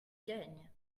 gagne